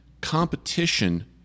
Competition